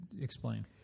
explain